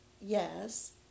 yes